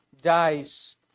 dies